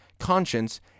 conscience